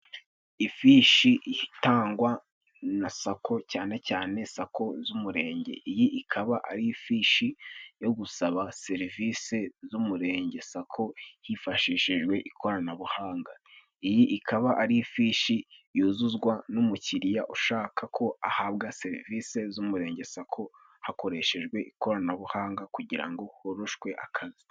Ifishi itangwa na Sako cyane cyane Sako z'umurenge. Iyi ikaba ari ifishi yo gusaba serivisi z'Umurenge Sako hifashishijwe ikoranabuhanga. Iyi ikaba ari ifishi yuzuzwa n'umukiriya ushaka ko ahabwa serivisi z'Umurenge Sako hakoreshejwe ikoranabuhanga kugira ngo horoshwe akazi.